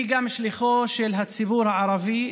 אני גם שליחו של הציבור הערבי,